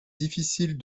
difficile